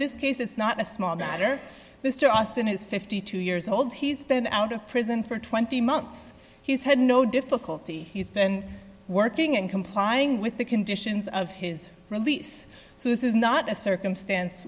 this case it's not a small matter mr austin is fifty two years old he's been out of prison for twenty months he's had no difficulty he's been working and complying with the conditions of his release so this is not a circumstance